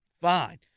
fine